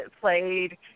played